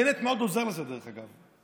בנט מאוד עוזר לזה, דרך אגב.